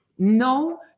No